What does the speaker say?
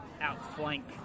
outflank